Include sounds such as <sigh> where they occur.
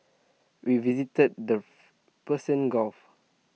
we visited their <noise> Persian gulf